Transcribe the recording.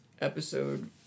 episode